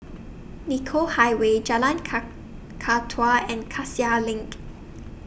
Nicoll Highway Jalan Kakatua and Cassia LINK